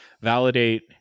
Validate